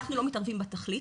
אנחנו לא מתערבים בתכלית,